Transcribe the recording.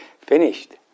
finished